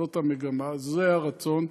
זאת המגמה, זה הרצון.